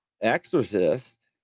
exorcist